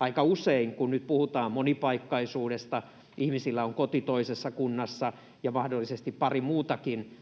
Aika usein, kun nyt puhutaan monipaikkaisuudesta, ihmisillä on koti toisessa kunnassa ja mahdollisesti pari muutakin,